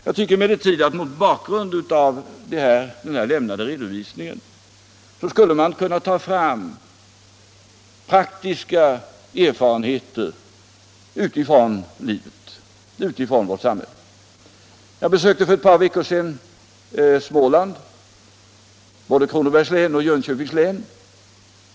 Jag tycker emellertid att det mot bakgrund av den lämnade redovisningen borde vara möjligt att ta fram praktiska erfarenheter från vårt samhälle. Jag besökte för ett par veckor sedan Småland, både Kronobergs och Jönköpings län.